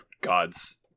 gods